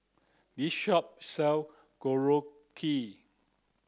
this shop sell Korokke